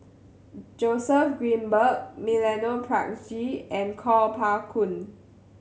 Joseph Grimberg Milenko Prvacki and Kuo Pao Kun